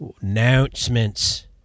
announcements